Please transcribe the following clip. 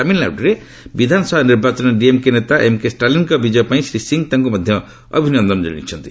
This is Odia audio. ତାମିଲନାଡ଼ୁରେ ବିଧାନସଭା ନିର୍ବାଚନରେ ଡିଏମ୍କେ ନେତା ଏମ୍କେ ଷ୍ଟାଲିନ୍ଙ୍କ ବିଜୟ ପାଇଁ ଶ୍ରୀ ସିଂହ ତାଙ୍କୁ ମଧ୍ୟ ଅଭିନନ୍ଦନ କଶାଇଛନ୍ତି